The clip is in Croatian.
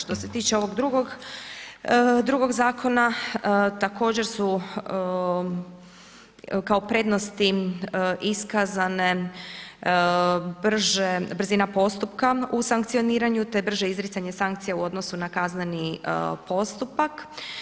Što se tiče ovog drugog zakona, također su kao prednosti iskazane brzina postupka u sankcioniranju te brže izricanje sankcija u odnosu na kazneni postupak.